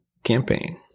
Campaign